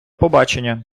побачення